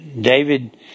David